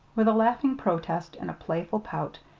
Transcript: with a laughing protest and a playful pout,